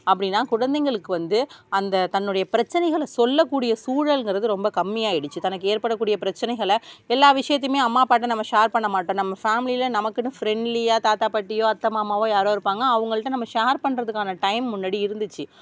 அப்படினா குழந்தைகளுக்கு வந்து அந்த தன்னுடைய பிரச்சனைகளை சொல்லக்கூடிய சூழல்ங்கிறது ரொம்ப கம்மி ஆகிடுச்சி தனக்கு ஏற்படக்கூடிய பிரச்சனைகளை எல்லா விஷயத்தையுமே அம்மா அப்பாகிட்ட நம்ம ஷேர் பண்ண மாட்டோம் நம்ம ஃபேமியில் நமக்குன்னு ஃப்ரெண்ட்லியாக தாத்தா பாட்டியோ அத்தை மாமாவோ யாரோ இருப்பாங்க அவங்கள்கிட்ட நம்ம ஷேர் பண்ணுறதுக்கான டைம் முன்னாடி இருந்துச்சு